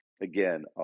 Again